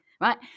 right